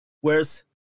Whereas